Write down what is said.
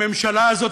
הממשלה הזאת,